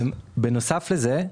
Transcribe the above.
בנוסף לכך,